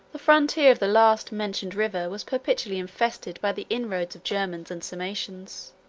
the frontier of the last-mentioned river was perpetually infested by the inroads of germans and sarmatians